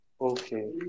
okay